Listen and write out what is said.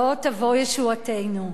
לא תבוא ישועתנו.